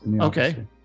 Okay